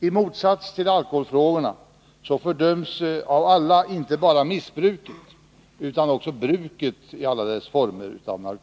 I motsats till i alkoholfrågan fördöms av alla inte bara missbruket utan också bruket av narkotika i alla dess former.